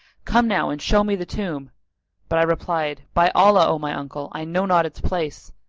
come now and show me the tomb but i replied, by allah, o my uncle, i know not its place,